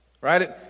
right